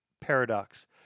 Paradox